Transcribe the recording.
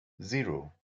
zero